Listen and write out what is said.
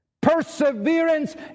Perseverance